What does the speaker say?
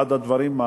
אחד הדברים,